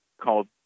called